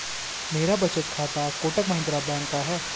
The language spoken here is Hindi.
मेरा बचत खाता कोटक महिंद्रा बैंक का है